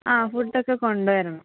ആ ഫുഡൊക്കെ കൊണ്ടുവരണം